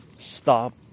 stop